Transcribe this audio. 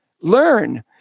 learn